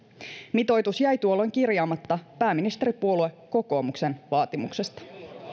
mitoitus jäi tuolloin kirjaamatta pääministeripuolue kokoomuksen vaatimuksesta